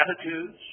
attitudes